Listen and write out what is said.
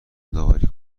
داوری